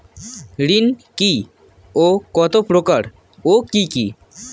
ঋণ কি ও কত প্রকার ও কি কি?